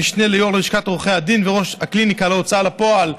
המשנה ליו"ר לשכת עורכי הדין וראש הקליניקה להוצאה לפועל,